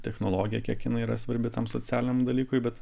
technologija kiek jinai yra svarbi tam socialiniam dalykui bet